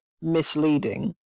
misleading